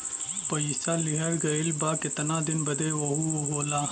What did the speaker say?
पइसा लिहल गइल बा केतना दिन बदे वहू होला